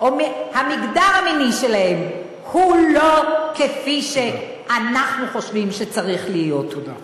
או המגדר המיני שלהם הוא לא כפי שאנחנו חושבים שצריך להיות.